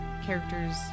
Characters